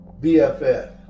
BFF